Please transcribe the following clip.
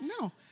No